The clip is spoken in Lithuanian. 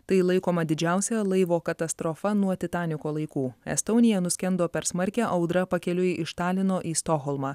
tai laikoma didžiausia laivo katastrofa nuo titaniko laikų estonia nuskendo per smarkią audrą pakeliui iš talino į stokholmą